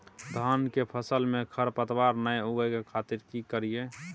धान के फसल में खरपतवार नय उगय के खातिर की करियै?